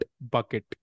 bucket